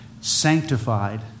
sanctified